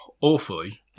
awfully